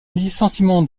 licenciement